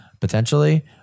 potentially